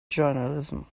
journalism